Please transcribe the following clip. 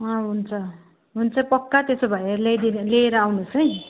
अँ हुन्छ हुन्छ पक्का त्यसो भए ल्याइदिने लिएर आउनुहोसै